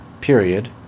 period